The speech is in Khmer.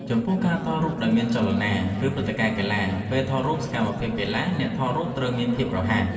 ចំពោះ ការថតរូបដែលមានចលនា ឬព្រឹត្តិការណ៍កីឡា ពេលថតរូបសកម្មភាពកីឡា អ្នកថតរូបត្រូវមានភាពរហ័ស។